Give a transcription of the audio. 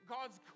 God's